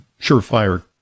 surefire